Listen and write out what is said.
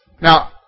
Now